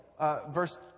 verse